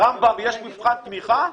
ברמב"ם יש מבחן תמיכה?